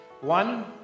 One